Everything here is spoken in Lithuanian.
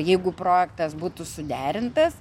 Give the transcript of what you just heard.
jeigu projektas būtų suderintas